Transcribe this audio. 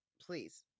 Please